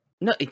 No